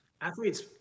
athletes